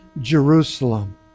Jerusalem